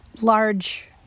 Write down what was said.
large